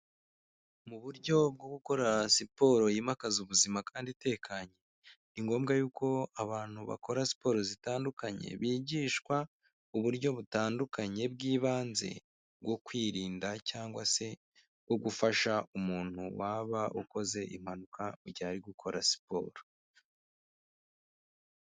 Mu buryo bwo gukora siporo yimakaza ubuzima kandi itekanye, ni ngombwa yuko abantu bakora siporo zitandukanye bigishwa uburyo butandukanye bw'ibanze, bwo kwirinda cyangwa se bwo gufasha umuntu waba ukoze impanuka igihe ari gukora siporo.